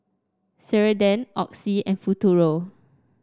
Ceradan Oxy and Futuro